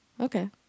Okay